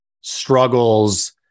struggles